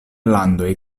landoj